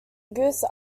goose